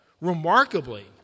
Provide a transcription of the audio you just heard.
remarkably